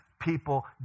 people